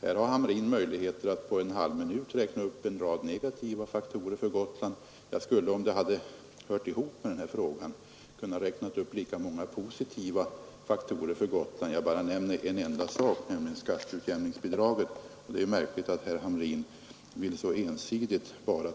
Herr Hamrin har här möjlighet att på en halv minut räkna upp en rad negativa faktorer för Gotland. Jag skulle, om det hade hört ihop med den här frågan, ha kunnat räkna upp lika många positiva faktorer för Gotland. Jag vill här nämna en enda sak, nämligen skatteutjämningsbidraget, men detta är en sak som vi må diskutera i ett annat sammanhang.